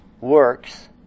works